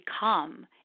become